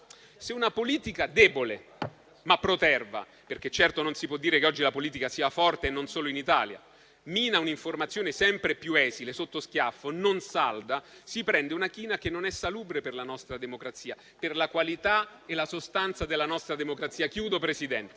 Se una politica debole ma proterva - perché certo non si può dire che oggi la politica sia forte e non solo in Italia - mina un'informazione sempre più esile, sotto schiaffo, non salda, si prende una china che non è salubre per la nostra democrazia, per la qualità e la sostanza della nostra democrazia. La battaglia